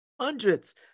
hundreds